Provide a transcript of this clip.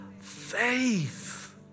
faith